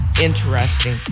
interesting